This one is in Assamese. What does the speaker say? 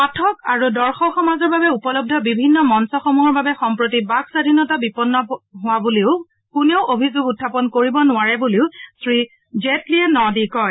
পাঠক আৰু দৰ্শক সমাজৰ বাবে উপলব্ধ বিভিন্ন মঞ্চসমূহৰ বাবে সম্প্ৰতি বাক স্বাধীনতা বিপদাপন্ন হোৱা বুলি কোনেও অভিযোগ উখাপন কৰিব নোৱাৰে বুলিও শ্ৰীজেটলীয়ে ন দি কয়